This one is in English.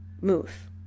move